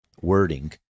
wording